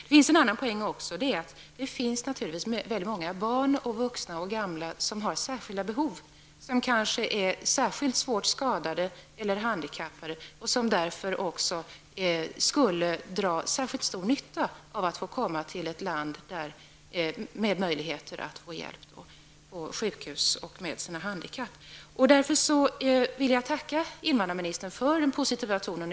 Det finns också en annan poäng, nämligen att väldigt många barn, vuxna och gamla har särskilda behov. De är kanske särskilt svårt skadade eller handikappade som skulle dra särskilt stor nytta av att komma till ett land där det finns möjligheter att få hjälp på sjukhus med sina handikapp osv. Jag vill därför tacka invandrarministern för den positiva tonen.